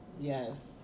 yes